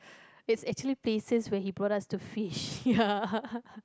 it's actually places where he brought us to fish ya